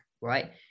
right